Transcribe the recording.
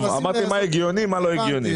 אמרתי מה הגיוני ומה לא הגיוני.